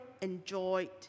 enjoyed